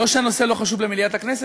לא שהנושא לא חשוב למליאת הכנסת,